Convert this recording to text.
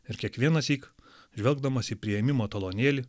ir kiekvienąsyk žvelgdamas į priėmimo talonėlį